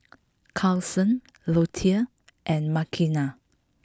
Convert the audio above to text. Carsen Lottie and Makena